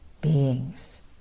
beings